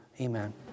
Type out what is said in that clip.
amen